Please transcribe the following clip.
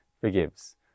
forgives